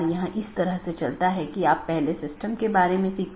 यह एक प्रकार की नीति है कि मैं अनुमति नहीं दूंगा